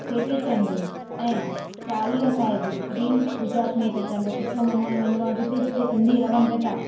चेटीचंड ऐं चालीहो साहिब बि गुजरात में हिते चंड सुठो मल्हायो वेंदो आहे जिते जिते सिंधी रहनि बि था